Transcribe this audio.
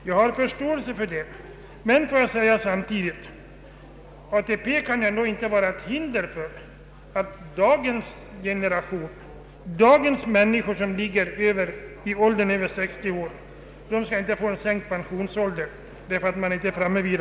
Jag har förståelse för det resonemanget, men jag vill samtidigt säga att ATP väl ändå inte kan få förhindra att de som nu har en pensionsålder vid 67 år får en sänkt pensionsålder.